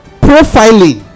profiling